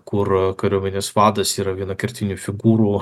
kur kariuomenės vadas yra viena kertinių figūrų